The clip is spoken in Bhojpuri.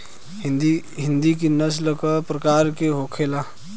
हिंदी की नस्ल का प्रकार के होखे ला?